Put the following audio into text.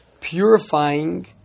purifying